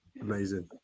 Amazing